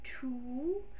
two